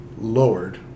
lowered